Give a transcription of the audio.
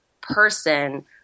person